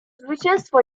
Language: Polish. zwycięstwo